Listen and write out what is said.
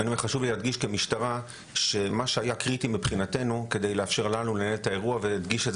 שמבחינתנו כמשטרה מה שהיה קריטי כדי לאפשר לנו לנהל את האירוע והדגישו